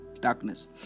darkness